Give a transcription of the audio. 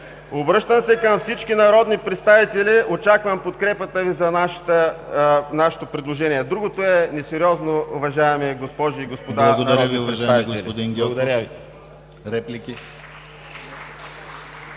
Обръщам се към всички народни представители – очаквам подкрепата Ви за нашето предложение. Другото е несериозно, уважаеми госпожи и господа народни представители. Благодаря Ви. (Ръкопляскания от „БСП